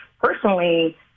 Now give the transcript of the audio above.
personally